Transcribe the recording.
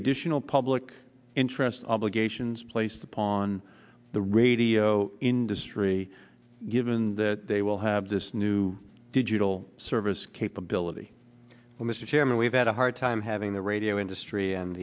additional public interest obligations placed upon the radio industry given that they will have this new digital service capability well mr chairman we've had a hard time having the radio industry and